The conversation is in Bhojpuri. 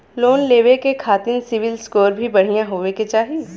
लोन लेवे के खातिन सिविल स्कोर भी बढ़िया होवें के चाही?